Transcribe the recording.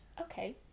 Okay